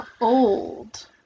old